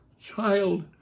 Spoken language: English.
child